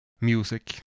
music